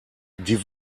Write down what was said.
die